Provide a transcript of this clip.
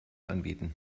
anbieten